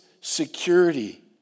security